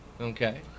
okay